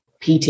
PT